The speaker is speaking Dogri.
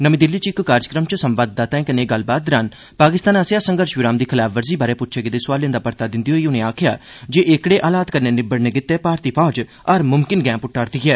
नमी दिल्ली च इक कार्यक्रम च संवाददाताए कन्नै गल्ल करदे होई पाकिस्तान आस्सेआ संघर्ष विराम दी खलाफवर्जी बारे पुच्छै गेदे सुआले दा परता दिंदे होई उने आक्खेआ जे एकड़े हालात कन्नै निबड़ने लेई भारतीय फौज हर मुमकन गैंह पुट्टा रदी ऐ